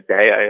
day